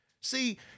See